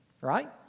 Right